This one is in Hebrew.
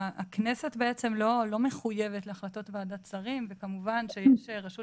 הכנסת בעצם לא מחויבת להחלטות ועדת שרים וכמובן שיש רשות